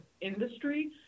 industry